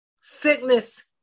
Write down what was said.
Sickness